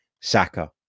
Saka